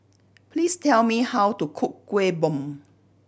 please tell me how to cook Kuih Bom